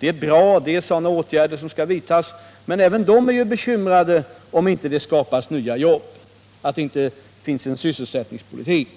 Det är bra att sådana åtgärder vidtas, men även de som är sysselsatta på detta sätt är bekymrade om det inte skapas nya jobb, om det inte finns en sysselsättningspolitik.